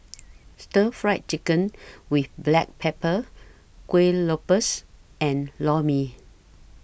Stir Fried Chicken with Black Pepper Kuih Lopes and Lor Mee